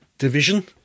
division